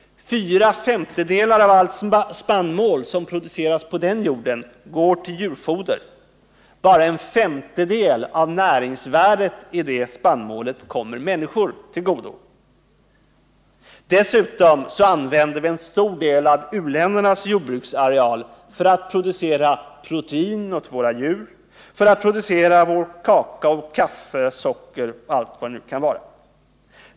Fyra femtedelar av all spannmål som produceras på den jorden går till djurfoder. Bara en femtedel av näringsvärdet i den spannmålen kommer människor till godo. Dessutom använder vi en stor del av u-ländernas jordbruksareal för att producera protein till våra djur, för att producera vårt kakao, kaffe, socker och allt vad det nu kan vara.